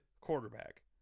quarterback